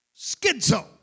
Schizo